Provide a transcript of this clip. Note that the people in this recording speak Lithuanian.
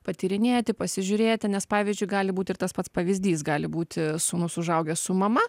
patyrinėti pasižiūrėti nes pavyzdžiui gali būt ir tas pats pavyzdys gali būti sūnus užaugęs su mama